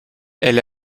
elle